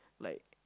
like